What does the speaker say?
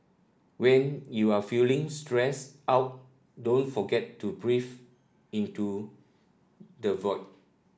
when you are feeling stressed out don't forget to breathe into the void